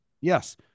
Yes